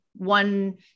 One